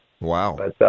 Wow